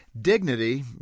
Dignity